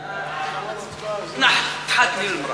ההסתייגות (2) של קבוצת סיעת יהדות